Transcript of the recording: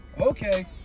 okay